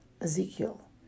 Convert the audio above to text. Ezekiel